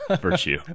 virtue